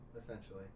essentially